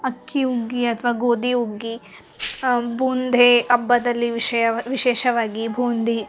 ಅಕ್ಕಿ ಹುಗ್ಗಿ ಅಥವಾ ಗೋದಿ ಹುಗ್ಗಿ ಬೂಂದಿ ಹಬ್ಬದಲ್ಲಿ ವಿಷಯ ವಿಶೇಷವಾಗಿ ಬೂಂದಿ